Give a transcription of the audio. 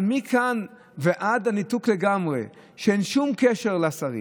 אבל מכאן ועד לניתוק לגמרי, שאין קשר לשרים?